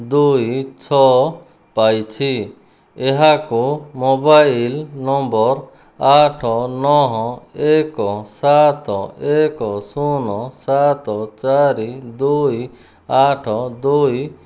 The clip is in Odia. ଦୁଇ ଛଅ ପାଇଛି ଏହାକୁ ମୋବାଇଲ୍ ନମ୍ବର ଆଠ ନହ ଏକ ସାତ ଏକ ଶୂନ ସାତ ଚାରି ଦୁଇ ଆଠ ଦୁଇ